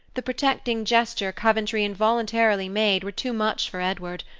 the protecting gesture coventry involuntarily made were too much for edward,